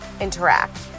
interact